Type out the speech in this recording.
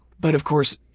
but of course,